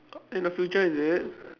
in the future is it